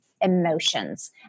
emotions